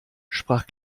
sprach